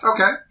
Okay